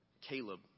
Caleb